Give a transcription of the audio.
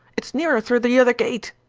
it's nearer through the other gate